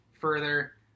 further